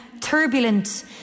turbulent